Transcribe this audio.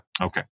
Okay